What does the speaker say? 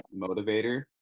motivator